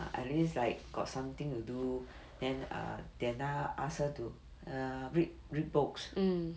ah at least like got something to do then err dana ask her to err read read books